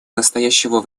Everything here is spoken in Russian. настоящего